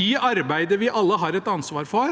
i arbeidet vi alle har et ansvar for: